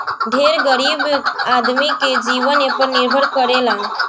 ढेर गरीब आदमी के जीवन एपर निर्भर करेला